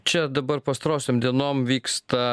čia dabar pastarosiom dienom vyksta